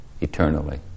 eternally